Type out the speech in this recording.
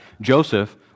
Joseph